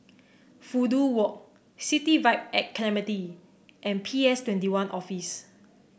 Fudu Walk City Vibe at Clementi and P S Twenty One Office